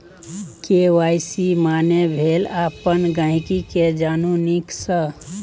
KYC माने भेल अपन गांहिकी केँ जानु नीक सँ